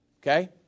okay